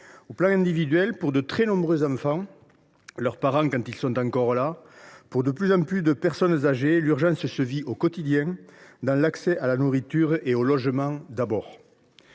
le plan individuel, pour de très nombreux enfants, pour leurs parents, quand ils sont encore là, pour de plus en plus de personnes âgées, l’urgence se vit au quotidien, dans l’accès à la nourriture et au logement.